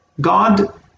God